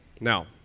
Now